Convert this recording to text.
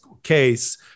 case